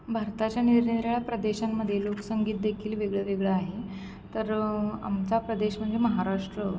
भारताच्या निरनिराळ्या प्रदेशामध्ये लोकसंगीतदेखील वेगळं वेगळं आहे तर आमचा प्रदेश म्हणजे महाराष्ट्र